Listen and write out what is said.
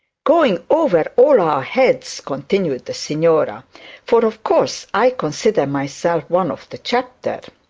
going over all our heads continued the signora for, of course, i consider myself one of the chapter